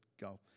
Go